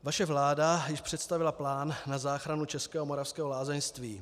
Vaše vláda již představila plán na záchranu českého a moravského lázeňství.